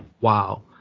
wow